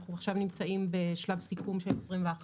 אנחנו נמצאים עכשיו בשלב סיכום של שנת 2021